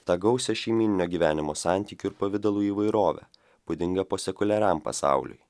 tą gausią šeimyninio gyvenimo santykių ir pavidalų įvairovę būdingą posekuliariam pasauliui